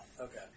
Okay